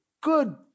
good